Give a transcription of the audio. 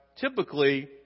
typically